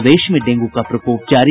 प्रदेश में डेंगू का प्रकोप जारी